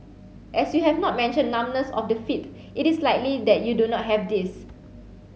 as you have not mentioned numbness of the feet it is likely that you do not have this